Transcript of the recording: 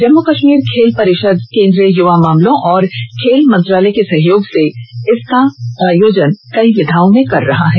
जम्मू कंश्मीर खेल परिषद केन्द्रीय युवा मामलों और खेल मंत्रालय के सहयोग से इस खेल का आयोजन कई विधाओं में कर रहा है